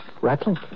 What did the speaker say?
Rattling